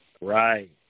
Right